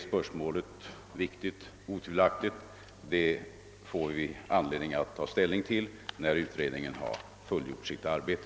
Spörsmålet är viktigt, otvivelaktigt, och vi får anledning att ta ställning till detsamma när utredningen har fullgjort sitt arbete.